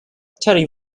terry